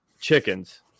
chickens